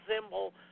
symbol